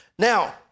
Now